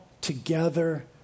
together